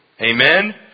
Amen